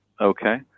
Okay